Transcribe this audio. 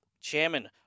chairman